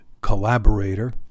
collaborator